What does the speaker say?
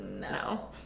No